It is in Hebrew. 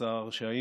שום